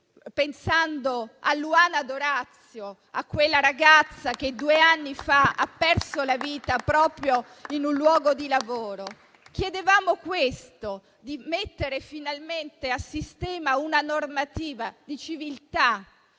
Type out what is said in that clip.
pensando a Luana D'Orazio, a quella ragazza che due anni fa ha perso la vita proprio in un luogo di lavoro. Chiedevamo di mettere finalmente a sistema una normativa di civiltà,